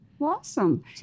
Awesome